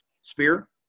spear